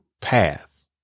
path